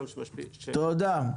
תודה.